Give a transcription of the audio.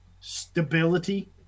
stability